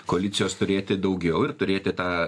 koalicijos turėti daugiau ir turėti tą